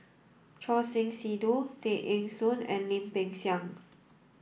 Choor Singh Sidhu Tay Eng Soon and Lim Peng Siang